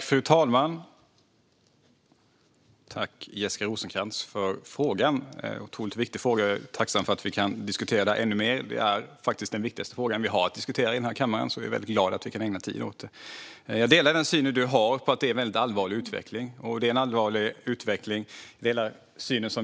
Fru talman! Tack, Jessica Rosencrantz, för frågan! Den är otroligt viktig, och jag är tacksam för att vi kan diskutera den ännu mer. Det är faktiskt den viktigaste fråga vi har ett diskutera i denna kammare, så jag är glad att vi kan ägna tid åt den. Jag delar Jessica Rosencrantz syn på att det är en allvarlig utveckling.